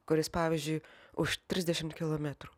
kuris pavyzdžiui už trisdešimt kilometrų